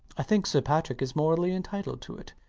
i think sir patrick is morally entitled to it,